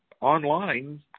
online